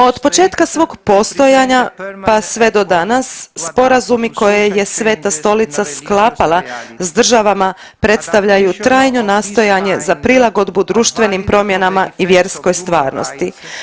Od početka svog postojanja pa sve do danas sporazumi koje je Sveta Stolica sklapala s državama predstavljaju trajno nastojanje za prilagodbu društvenim promjenama i vjerskoj stvarnosti.